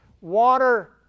water